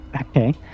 Okay